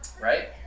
Right